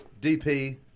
DP